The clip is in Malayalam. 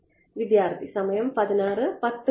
വിദ്യാർത്ഥി സമയം 1610 കാണുക